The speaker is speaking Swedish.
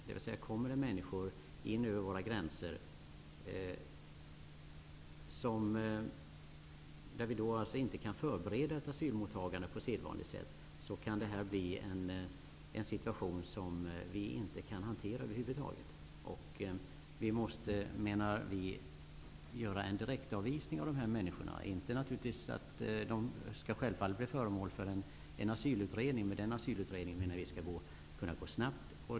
Om det kommer människor över våra gränser, för vilka vi på ett sedvanligt sätt inte kan förbereda ett asylmottagande, kan en situation uppstå som vi över huvud taget inte kan hantera. Ny demokrati menar att dessa människor måste direktavvisas. De skall självfallet bli föremål för asylutredning, men den asylutredningen skall göras snabbt.